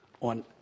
on